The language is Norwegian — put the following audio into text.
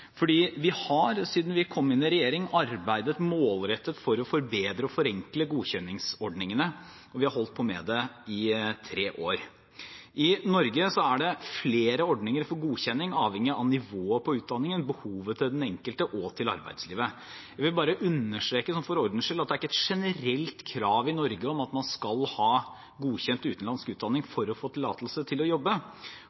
vi har siden vi kom inn i regjering, arbeidet målrettet for å forbedre og forenkle godkjenningsordningene, og vi har holdt på med det i tre år. I Norge er det flere ordninger for godkjenning, avhengig av nivået på utdanningen, behovet til den enkelte og arbeidslivet. Jeg vil bare for ordens skyld understreke at det i Norge ikke er et generelt krav om at man skal ha godkjent en utenlandsk utdanning